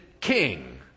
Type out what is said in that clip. king